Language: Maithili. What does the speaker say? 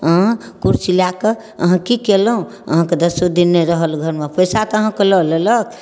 अहाँ कुरसी लऽ कऽ अहाँ कि केलहुँ अहाँके दसो दिन नहि रहल घरमे पइसा तऽ अहाँके लऽ लेलक